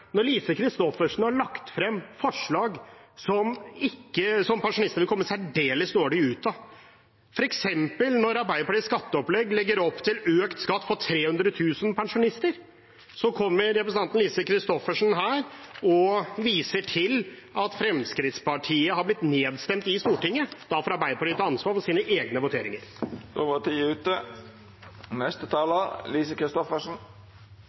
Lise Christoffersen har lagt frem forslag som pensjonistene vil komme særdeles dårlig ut av, f.eks. når Arbeiderpartiets skatteopplegg legger opp til økt skatt for 300 000 pensjonister, og så kommer representanten Lise Christoffersen her og viser til at Fremskrittspartiet har blitt nedstemt i Stortinget. Da får Arbeiderpartiet ta ansvar for sine egne